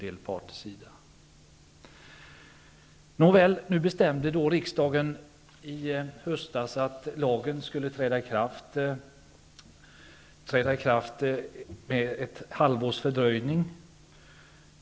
I höstas bestämde riksdagen att lagen skulle träda i kraft med ett halvårs fördröjning.